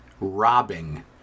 robbing